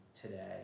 today